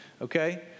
Okay